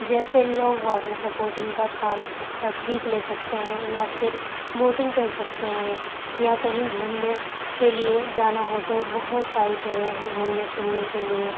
جیسے لوگ water sporting کا کام تفریق لے سکتے ہیں یا پھر بوٹنگ کر سکتے ہیں یا کہیں گھومنے کے لیے جانا ہو تو بہت ساری جگہیں ہیں گھومنے پھرنے کے لیے